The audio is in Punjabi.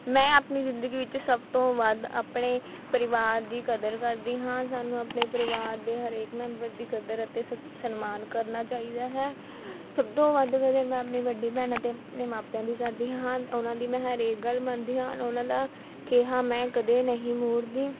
ਮੈਂ ਆਪਣੀ ਜ਼ਿੰਦਗੀ ਵਿੱਚ ਸਭ ਤੋਂ ਵੱਧ ਆਪਣੇ ਪਰਿਵਾਰ ਦੀ ਕਦਰ ਕਰਦੀ ਹਾਂ ਸਾਨੂੰ ਆਪਣੇ ਪਰਿਵਾਰ ਦੇ ਹਰੇਕ ਮੈਂਬਰ ਦੀ ਕਦਰ ਅਤੇ ਸਤ ਸਨਮਾਨ ਕਰਨਾ ਚਾਹੀਦਾ ਹੈ ਸਭ ਤੋਂ ਵੱਧ ਕਦਰ ਮੈਂ ਆਪਣੀ ਵੱਡੀ ਭੈਣ ਅਤੇ ਆਪਣੇ ਮਾਪਿਆਂ ਦੀ ਕਰਦੀ ਹਾਂ ਉਹਨਾਂ ਦੀ ਮੈਂ ਹਰੇਕ ਗੱਲ ਮੰਨਦੀ ਹਾਂ ਉਹਨਾਂ ਦਾ ਕਿਹਾ ਮੈਂ ਕਦੇ ਨਹੀਂ ਮੋੜਦੀ